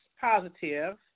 positive